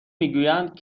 میگویند